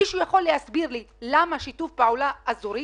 מישהו יכול להסביר לי למה שיתוף פעולה אזורי?